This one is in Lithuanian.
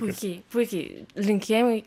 puikiai puikiai linkėjimai